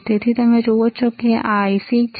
તેથી તમે જુઓ છો કે આ IC છે